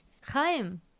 Chaim